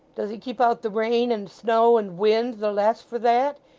does it keep out the rain, and snow, and wind, the less for that?